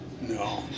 no